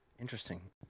interesting